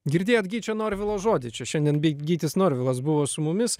girdėjot gyčio norvilo žodį čia šiandien gytis norvilas buvo su mumis